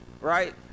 right